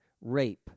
rape